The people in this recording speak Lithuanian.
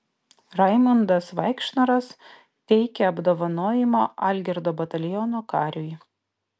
raimundas vaikšnoras teikia apdovanojimą algirdo bataliono kariui